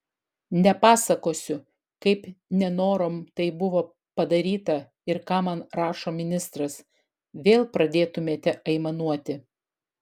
nepasakosiu kaip nenorom tai buvo padaryta ir ką man rašo ministras vėl pradėtumėte aimanuoti